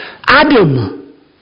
Adam